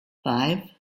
five